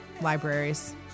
libraries